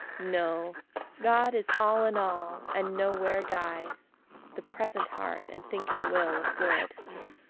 no god is all in all, and nowhere dies the present heart and thinking will of good.